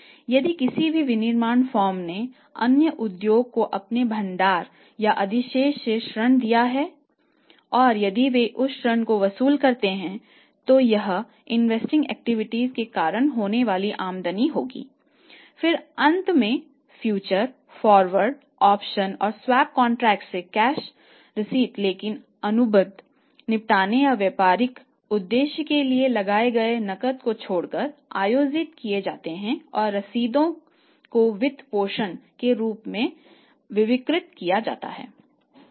यदि किसी भी विनिर्माण फर्म ने अन्य उद्यमों को अपने भंडार और अधिशेष से ऋण दिया है और यदि वे उस ऋण को वसूल करते हैं तो यह इन्वेस्टिंग एक्टिविटीज से कैश रिसीट्स लेकिन अनुबंध निपटने या व्यापारिक उद्देश्य के लिए लगाए गए नकद को छोड़कर आयोजित किए जाते हैं या रसीदों को वित्त पोषण के रूप में वर्गीकृत किया जाता है